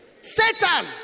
satan